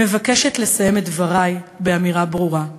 אני מבקשת לסיים את דברי באמירה ברורה: